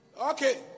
Okay